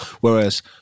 Whereas